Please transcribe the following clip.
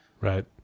Right